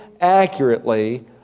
accurately